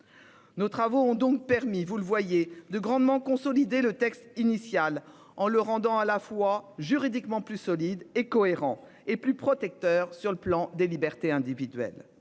Nos travaux ont donc permis vous le voyez de grandement consolider le texte initial en le rendant à la fois juridiquement plus solide et cohérent et plus protecteur sur le plan des libertés individuelles.